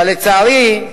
אבל, לצערי,